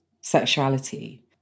sexuality